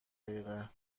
دقیقه